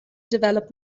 develop